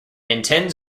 intends